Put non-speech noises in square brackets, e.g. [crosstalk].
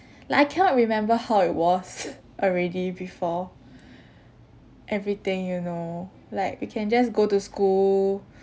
like I cannot remember how it was [laughs] already before everything you know like we can just go to school